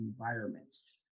environments